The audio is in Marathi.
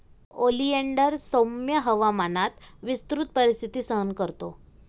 ओलिंडर सौम्य हवामानात विस्तृत परिस्थिती सहन करतो